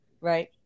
Right